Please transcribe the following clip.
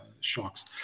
shocks